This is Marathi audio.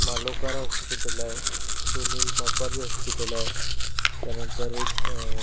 मालोकार हॉस्पिटल आहे सुनील मापारी हॉस्पिटल आहे त्यानंतर एक